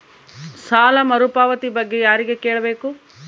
ಸಾಲ ಮರುಪಾವತಿ ಬಗ್ಗೆ ಯಾರಿಗೆ ಕೇಳಬೇಕು?